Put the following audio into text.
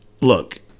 look